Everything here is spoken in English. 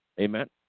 Amen